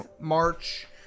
March